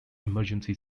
emergency